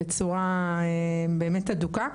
בצורה באמת אדוקה.